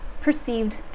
perceived